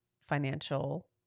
financial